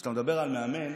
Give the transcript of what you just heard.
כשאתה מדבר על מאמן,